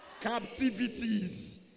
Captivities